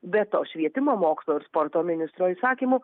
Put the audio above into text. be to švietimo mokslo ir sporto ministro įsakymu